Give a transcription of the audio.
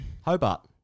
Hobart